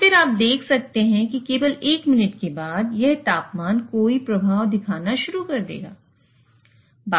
और फिर आप देख सकते हैं कि केवल एक मिनट के बाद यह तापमान कोई प्रभाव दिखाना शुरू कर देगा